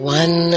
one